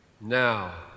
now